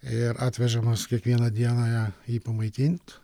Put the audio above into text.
ir atvežamas kiekvieną dieną ją pamaitint